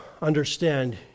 Understand